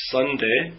Sunday